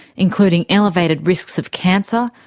including elevated risks of cancer,